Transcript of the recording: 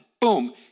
boom